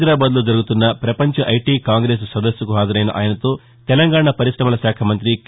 హైదరాబాద్లో జరుగుతున్న పపంచ ఐటీ కాంగ్రెస్ సదస్సుకు హాజరైన ఆయనతో తెలంగాణ పరిశమల శాఖ మంతి కే